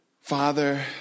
Father